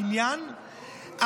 בניין,